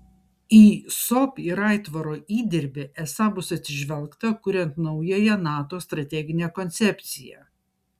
į sop ir aitvaro įdirbį esą bus atsižvelgta kuriant naująją nato strateginę koncepciją